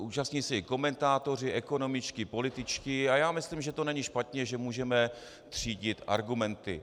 Účastní se jí komentátoři ekonomičtí, političtí a já myslím, že to není špatně, že můžeme třídit argumenty.